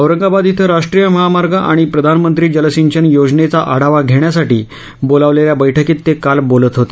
औरंगाबाद ििं राष्ट्रीय महामार्ग आणि प्रधानमंत्री जलसिंचन योजनेचा आढावा घेण्यासाठी बोलावलेल्या बैठकीत ते काल बोलत होते